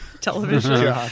television